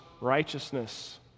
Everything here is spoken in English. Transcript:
righteousness